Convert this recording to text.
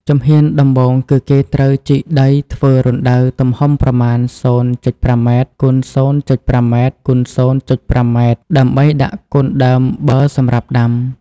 ជំហានដំបូងគឺគេត្រូវជីកដីធ្វើរណ្តៅទំហំប្រមាណ ០.៥ម x ០.៥ម x ០.៥ម ដើម្បីដាក់កូនដើមប័រសម្រាប់ដាំ។